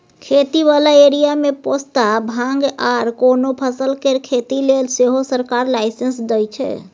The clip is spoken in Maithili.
खेती बला एरिया मे पोस्ता, भांग आर कोनो फसल केर खेती लेले सेहो सरकार लाइसेंस दइ छै